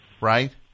right